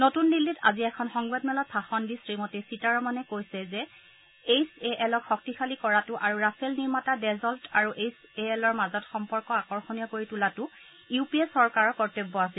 নতুন দিল্লীত আজি এখন সংবাদমেলত ভাষণ দি শ্ৰীমতী সীতাৰমণে কৈছে যে এইচ এ এলক শক্তিশালী কৰাটো আৰু ৰাফেল নিৰ্মাতা ডেজল্ট আৰু এইচ এ এলৰ মাজত সম্পৰ্ক আকৰ্ষণীয় কৰি তোলাটো ইউ পি এ চৰকাৰৰ কৰ্তব্য আছিল